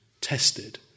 tested